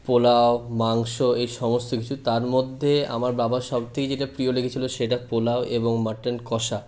পোলাও মাংস এই সমস্ত কিছু তার মধ্যে আমার বাবার সব থেকে যেটা প্রিয় লেগেছিল সেটা পোলাও এবং মাটন কষা